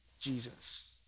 Jesus